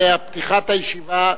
ופתיחת הישיבה,